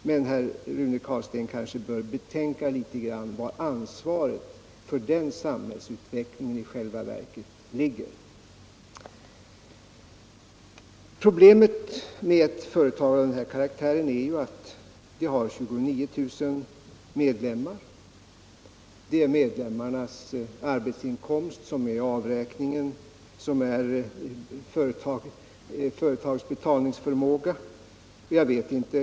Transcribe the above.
Men herr Rune Carlstein kanske bör betänka litet grand var ansvaret för den samhällsutvecklingen i själva verket ligger. Problemet med ett företag av denna karaktär är ju att det tillhör en organisation med 29 000 anställda och att dessas arbetsinkomst konstituerar betalningsförmågan.